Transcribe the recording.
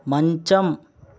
మంచం